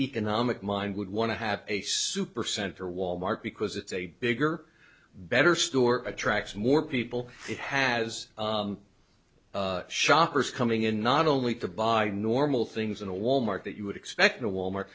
economic mind would want to have a supercenter wal mart because it's a bigger better store attracts more people it has shoppers coming in not only to buy normal things in a wal mart that you would expect in a wal mart